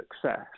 success